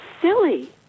silly